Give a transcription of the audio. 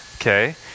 okay